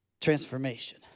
transformation